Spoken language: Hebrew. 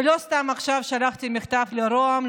ולא סתם עכשיו שלחתי מכתב לרוה"מ,